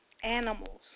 animals